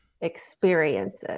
experiences